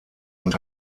und